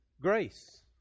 Grace